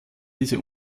diese